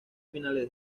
finales